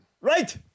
Right